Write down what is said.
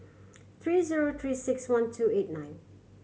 three zero Three Six One two eight nine